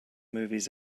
movies